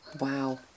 Wow